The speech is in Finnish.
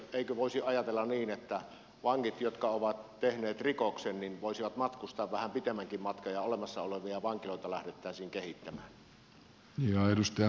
eikö voisi ajatella niin että vangit jotka ovat tehneet rikoksen voisivat matkustaa vähän pitemmänkin matkan ja olemassa olevia vankiloita lähdettäisiin kehittämään